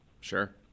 Sure